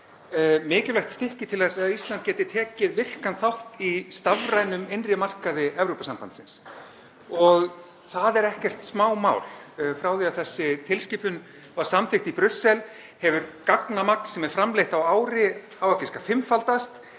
mikilvægt stykki til að Ísland geti tekið virkan þátt í stafrænum innri markaði Evrópusambandsins. Það er ekkert smámál. Frá því að þessi tilskipun var samþykkt í Brussel hefur gagnamagn sem er framleitt á ári á að giska fimmfaldast.